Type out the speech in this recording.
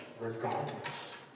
regardless